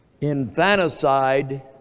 infanticide